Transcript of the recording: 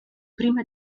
prima